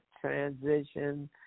transition